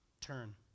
turn